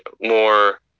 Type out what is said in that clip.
more